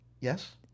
yes